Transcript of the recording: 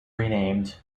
renamed